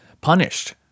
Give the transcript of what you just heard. punished